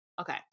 okay